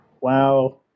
wow